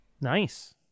Nice